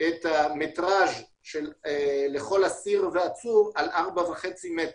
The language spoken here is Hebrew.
את המטרז' לכל אסיר ועצור על 4.5 מטר.